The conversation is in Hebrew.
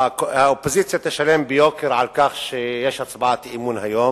האופוזיציה תשלם ביוקר על כך שיש הצבעת אי-אמון היום,